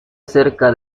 cerca